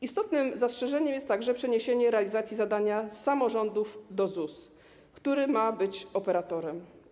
Istotne zastrzeżenie dotyczy także przeniesienia realizacji zadania z samorządów na ZUS, który ma być operatorem.